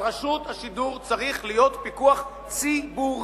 על רשות השידור צריך להיות פיקוח ציבורי.